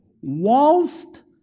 whilst